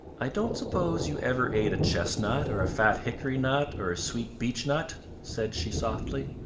i don't suppose you ever ate a chestnut or a fat hickory nut or a sweet beechnut, said she softly.